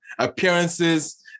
appearances